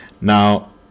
Now